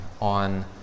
on